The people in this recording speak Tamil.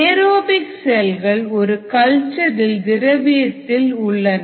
ஏரோபிக் செல்கள் ஒரு கல்ச்சர் இல் திரவியத்தில் உள்ளன